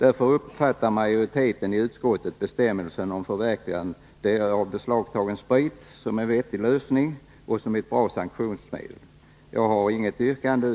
Därför uppfattar majoriteten i utskottet bestämmelsen om förverkandet av beslagtagen sprit som en vettig lösning och ett bra sanktionsmedel. Herr talman!